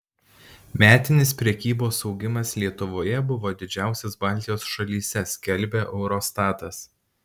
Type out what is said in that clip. metinis prekybos augimas lietuvoje buvo didžiausias baltijos šalyse skelbia eurostatas